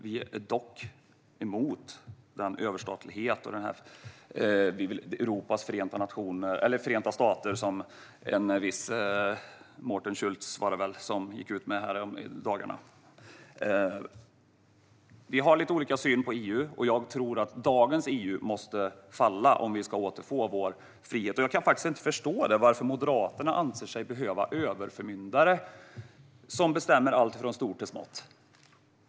Vi är dock emot den överstatlighet och de Europas förenta stater som en viss Martin Schulz, var det väl, gick ut med här i dagarna. Vi har lite olika syn på EU, och jag tror att dagens EU måste falla om vi ska återfå vår frihet. Jag kan faktiskt inte förstå varför Moderaterna anser sig behöva överförmyndare som bestämmer alltifrån stort till smått.